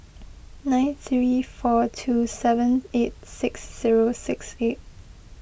nine three four two seven eight six zero six eight